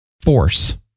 force